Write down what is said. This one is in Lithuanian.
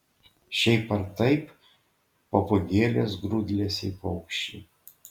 šiaip ar taip papūgėlės grūdlesiai paukščiai